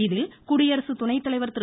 இதில் குடியரசு துணைத்தலைவர் திரு